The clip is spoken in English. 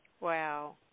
Wow